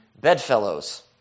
bedfellows